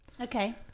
okay